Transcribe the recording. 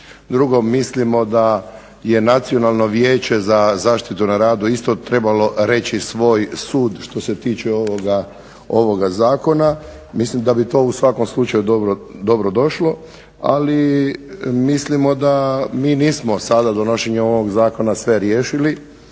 Drugo, mislimo da je Nacionalno vijeće za zaštitu na radu isto trebalo reći svoj sud što se tiče ovoga zakona. Mislim da bi to u svakom slučaju dobro došlo, ali mislimo da mi nismo sada donošenjem ovog zakona sve riješili